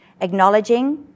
acknowledging